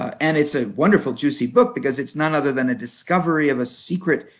and it's a wonderful juicy book because it's none other than a discovery of a secret